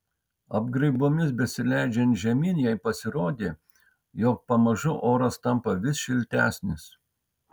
apgraibomis besileidžiant žemyn jai pasirodė jog pamažu oras tampa vis šiltesnis